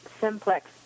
simplex